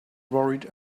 worried